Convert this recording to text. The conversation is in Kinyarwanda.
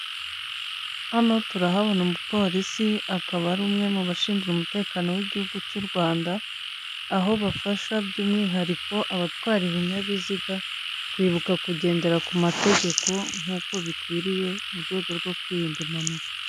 Hano turahabona umupolisi, akaba ari umwe mu bashinzwe umutekano w'igihugu cy'u Rwanda, aho bafasha by'umwihariko abatwara ibinyabiziga, kwibuka kugendera ku mategeko nk'uko bikwiriye, mu rwego rwo kwirinda impanuka.